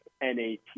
N-A-T